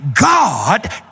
God